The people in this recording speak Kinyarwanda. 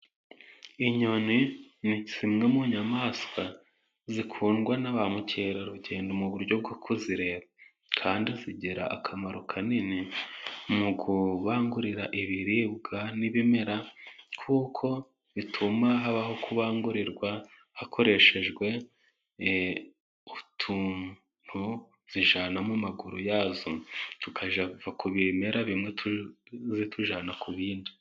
Inyoni ni zimwe mu nyamaswa zikundwa na ba mukerarugendo mu buryo bwo kuzireba. Kandi zigira akamaro kanini mu kubangurira ibiribwa n'ibimera, kuko bituma habaho kubangurirwa hakoreshejwe utuntu zijyana mu maguru yazo tukava ku bimera bimwe tubijyana ku bindi.